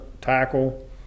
tackle